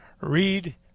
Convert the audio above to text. read